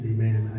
Amen